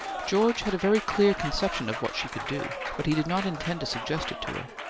george had a very clear conception of what she could do, but he did not intend to suggest it to her.